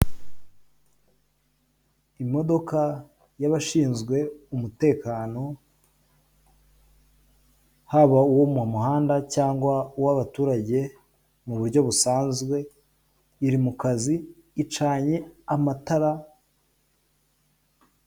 Imodoka y'abashinzwe umutekano, haba uwo mu muhanda cyangwa uw'abaturage mu buryo busanzwe, iri mu kazi icanye amatara.